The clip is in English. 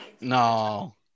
No